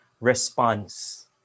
response